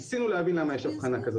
ניסינו להבין למה יש הבחנה הזאת.